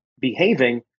behaving